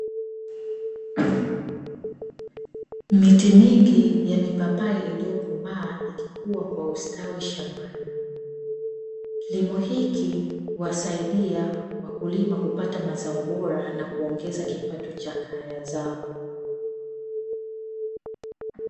Miti mingi ya mipapai ilikomaa ikikuwa kwa ustawi shambani. Kilimo hiki kinawasaidia wakulima kupata kipato kwaajili ya kaya zao.